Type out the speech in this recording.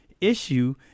issue